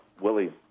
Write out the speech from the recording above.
Willie